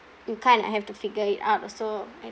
you kind of have to figure it out also and